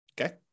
okay